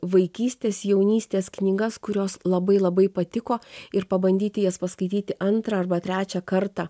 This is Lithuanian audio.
vaikystės jaunystės knygas kurios labai labai patiko ir pabandyti jas paskaityti antrą arba trečią kartą